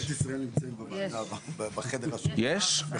משטרת ישראל נמצאת בחדר השני בוועדת חוקה.